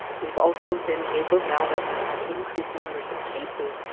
we've also been able, now that we have increased numbers of cases,